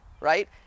right